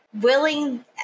willing